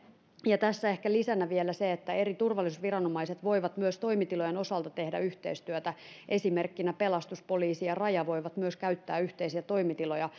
tässä ehkä on lisänä vielä se että eri turvallisuusviranomaiset voivat myös toimitilojen osalta tehdä yhteistyötä esimerkkinä pelastus poliisi ja raja voivat myös käyttää yhteisiä toimitiloja